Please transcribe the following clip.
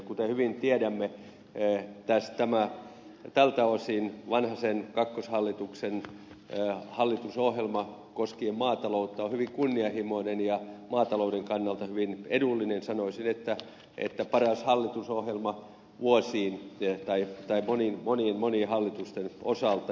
kuten hyvin tiedämme tältä osin vanhasen kakkoshallituksen hallitusohjelma koskien maataloutta on hyvin kunnianhimoinen ja maatalouden kannalta hyvin edullinen sanoisin että paras hallitusohjelma vuosiin tai monien hallitusten osalta